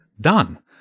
Done